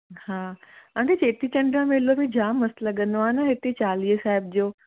हा आंटी चेटीचंड जो मेलो बि जामु मस्तु लॻंदो आहे न हिते चालीहे साहिब जो